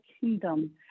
kingdom